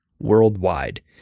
worldwide